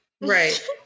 Right